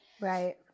Right